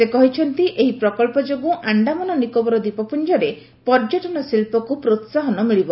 ସେ କହିଛନ୍ତି ଏହି ପ୍ରକଳ୍ପ ଯୋଗୁଁ ଆକ୍ଷାମାନ ନିକୋବର ଦ୍ୱୀପପୁଞ୍ଜରେ ପର୍ଯ୍ୟଟନ ଶିଳ୍ପକୁ ପ୍ରୋସାହନ ମିଳିବ